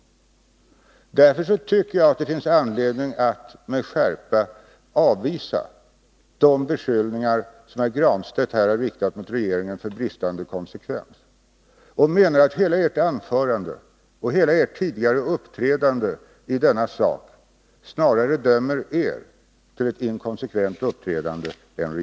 Därför tycker jag att det finns anledning att med skärpa avvisa de beskyllningar som herr Granstedt har riktat mot regeringen för bristande konsekvens. Jag menar att hela ert anförande och hela ert tidigare uppträdande i denna sak snarare gör er än regeringen skyldig till ett inkonsekvent uppträdande.